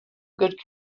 good